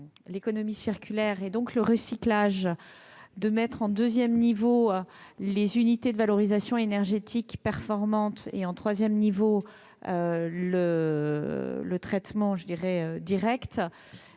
l'économie circulaire, et donc le recyclage, puis, en deuxième niveau, les unités de valorisation énergétique performantes et, enfin, en troisième niveau, le traitement direct.